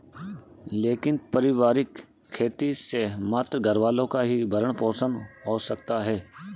लेकिन पारिवारिक खेती से मात्र घरवालों का ही भरण पोषण हो सकता है